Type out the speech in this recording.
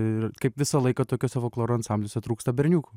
ir kaip visą laiką tokiuose folkloro ansambliuose trūksta berniukų